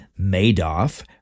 Madoff